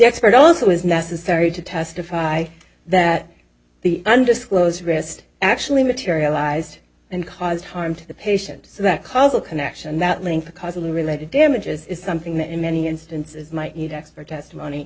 expert also is necessary to testify that the undisclosed wrist actually materialized and caused harm to the patient so that causal connection that link the cause of the related damages is something that in many instances might need expert testimony